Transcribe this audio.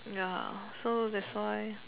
ya so that's why